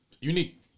unique